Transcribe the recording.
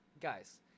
guys